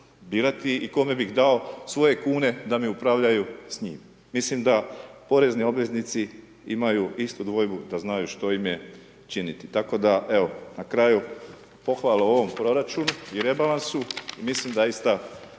birati i kome bih dao svoje kune da mi upravljaju s njim. Mislim da porezni obveznici imaju istu dvojbu da znaju što im je činiti. Tako da evo na kraju pohvala ovom proračunu i rebalansu, mislim zaista